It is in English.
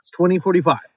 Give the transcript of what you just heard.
2045